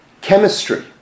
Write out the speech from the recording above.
chemistry